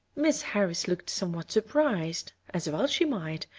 miss harris looked somewhat surprised, as well she might,